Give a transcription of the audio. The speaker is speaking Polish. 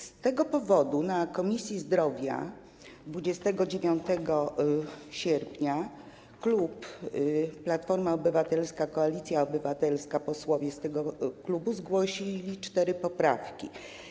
Z tego powodu na posiedzeniu Komisji Zdrowia 29 sierpnia klub Platforma Obywatelska - Koalicja Obywatelska, posłowie z tego klubu zgłosili cztery poprawki.